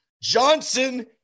Johnson